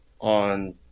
on